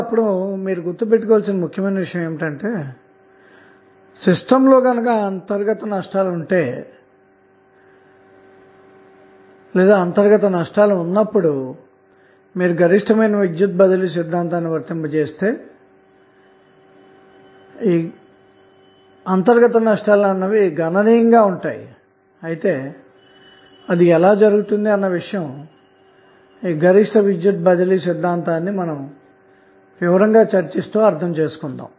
ఇప్పుడుమనం గుర్తు పెట్టుకోవలసిన ముఖ్యమైన విషయం ఏమిటంటే సిస్టమ్లో అంతర్గత నష్టాల ఉన్నప్పుడు కూడా గరిష్టమైన విద్యుత్ బదిలీ సిద్ధాంతాన్ని వర్తింపజేస్తే గణనీయమైన అంతర్గత నష్టాలు కచ్చితంగా ఉంటాయి అయితే అది ఎలా జరుగుతుంది అన్న విషయం గరిష్ట విద్యుత్ బదిలీ సిద్ధాంతాన్ని వివరంగా చర్చిస్తున్నప్పుడు మనం అర్థం చేసుకొందాము